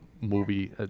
movie